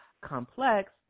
complex